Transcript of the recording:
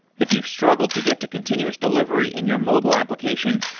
if you've struggled to get to continuous delivery in your mobile application,